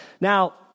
Now